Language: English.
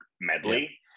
medley